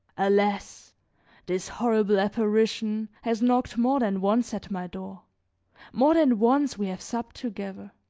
alas! this horrible apparition has knocked more than once at my door more than once we have supped together.